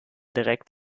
direkt